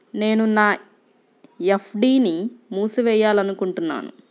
నేను నా ఎఫ్.డీ ని మూసివేయాలనుకుంటున్నాను